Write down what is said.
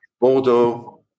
Bordeaux